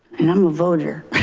and i'm a voter.